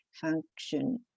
function